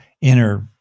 inner